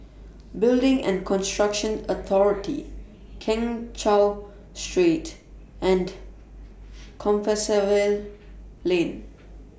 Building and Construction Authority Keng Cheow Street and Compassvale Lane